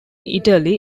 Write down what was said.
italy